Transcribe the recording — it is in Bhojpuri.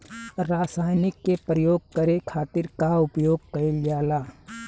रसायनिक के प्रयोग करे खातिर का उपयोग कईल जाला?